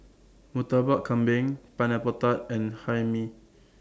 Murtabak Kambing Pineapple Tart and Hae Mee